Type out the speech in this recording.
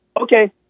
Okay